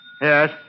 Yes